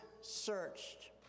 searched